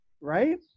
right